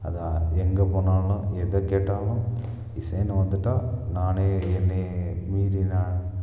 அது எங்கேப் போனாலும் எதைக் கேட்டாலும் இசைன்னு வந்துவிட்டா நானே என்னை மீறி நான்